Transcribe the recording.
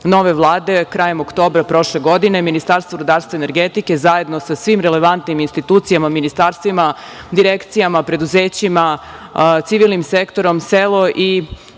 nove Vlade krajem oktobra prošle godine Ministarstvo rudarstva i energetike zajedno sa svim relevantnim institucijama, ministarstvima, direkcijama, preduzećima, civilnim sektorom, selo i